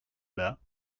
bas